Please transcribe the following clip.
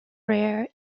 rare